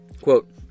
Quote